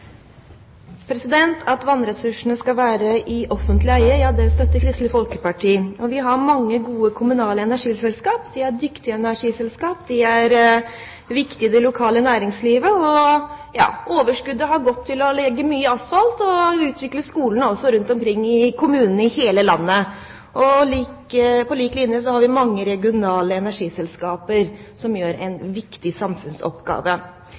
At vannressursene skal være i offentlig eie, støtter Kristelig Folkeparti. Vi har mange gode kommunale energiselskap. De er dyktige energiselskap. De er viktige i det lokale næringslivet. Overskuddet har gått til å legge mye asfalt og utvikle skolene rundt omkring i kommunene i hele landet. På lik linje har vi mange regionale energiselskaper som har en viktig samfunnsoppgave.